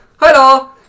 hello